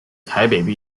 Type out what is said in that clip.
台北